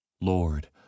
Lord